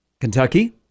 Kentucky